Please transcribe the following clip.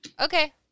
Okay